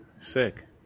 sick